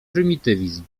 prymitywizm